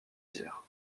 dires